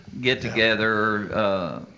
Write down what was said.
get-together